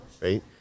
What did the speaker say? right